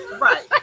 Right